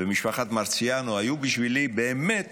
ומשפחת מרציאנו היו בשבילי באמת